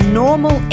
normal